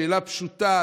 שאלה פשוטה.